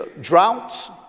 droughts